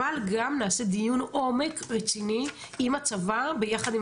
אבל גם נעשה דיון עומק רציני עם הצבא ביחד עם